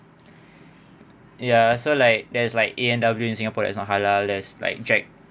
ya so like there's like a and w in singapore that's not halal there's like jack